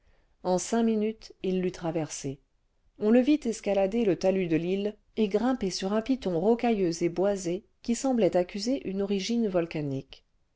en cinq minutes il l'eut traversée on le vit escalader le talus de l'île et grimper sur un piton rocailleux et boisé qui semblait accuser une origine volcanique